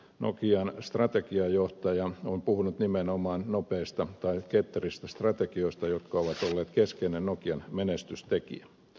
nokian strategiajohtaja on puhunut nimenomaan nopeista tai ketteristä strategioista jotka ovat olleet keskeinen nokian menestystekijä